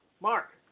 Mark